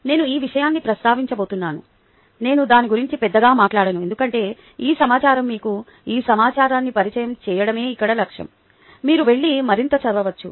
నేను ఈ విషయాన్ని ప్రస్తావించబోతున్నాను నేను దాని గురించి పెద్దగా మాట్లాడను ఎందుకంటే ఈ సమాచారం మీకు ఈ సమాచారాన్ని పరిచయం చేయడమే ఇక్కడ లక్ష్యం మీరు వెళ్లి మరింత చదవవచ్చు